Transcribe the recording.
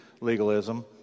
legalism